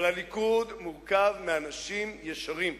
אבל הליכוד מורכב מאנשים ישרים.